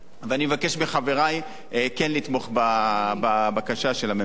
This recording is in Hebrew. ואני מבקש מחברי כן לתמוך בבקשה של הממשלה.